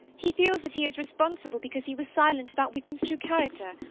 he feels that he is responsible because he was silent about wickham's true character.